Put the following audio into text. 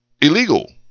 illegal